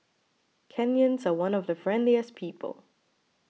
Kenyans are one of the friendliest people